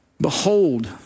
Behold